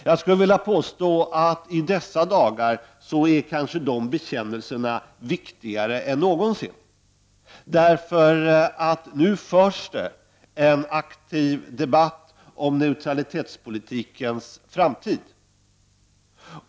Jag skulle vilja påstå att dessa bekännelser i dessa dagar kanske är viktigare än någonsin, därför att det nu förs en aktiv debatt om neutralitetspolitikens framtid.